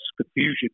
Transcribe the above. confusion